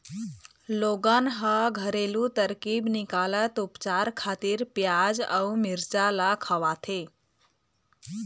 लोगन ह घरेलू तरकीब निकालत उपचार खातिर पियाज अउ मिरचा ल खवाथे